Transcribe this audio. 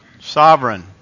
Sovereign